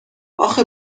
اخه